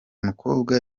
mukobwa